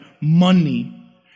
money